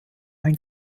ein